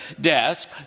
desk